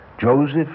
Joseph